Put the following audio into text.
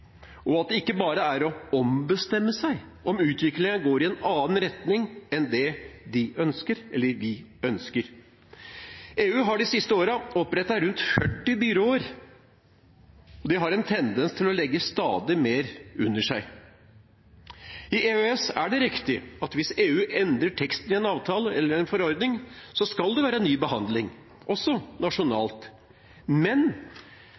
og at det ikke bare er å ombestemme seg om utviklingen går i en annen retning enn det de eller vi ønsker. EU har de siste årene opprettet rundt 40 byråer. De har en tendens til å legge stadig mer under seg. I EØS er det riktig at hvis EU endrer teksten i en avtale eller en forordning, skal det være ny behandling, også nasjonalt, men